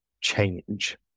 change